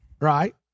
right